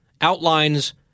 outlines